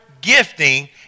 gifting